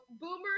boomers